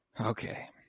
okay